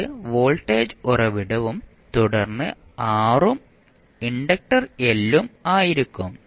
അത് വോൾട്ടേജ് ഉറവിടവും തുടർന്ന് R ഉം ഇൻഡക്റ്റർ L ഉം ആയിരിക്കും